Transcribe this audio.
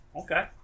Okay